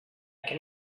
can